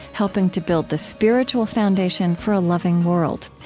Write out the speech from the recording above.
helping to build the spiritual foundation for a loving world.